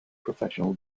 professional